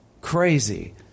crazy